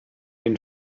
den